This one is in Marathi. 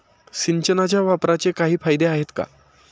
सिंचनाच्या वापराचे काही फायदे आहेत का?